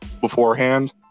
beforehand